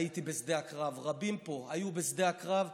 הייתי בשדה הקרב, רבים פה היו בשדה הקרב.